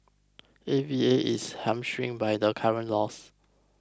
A V A is hamstrung by the current laws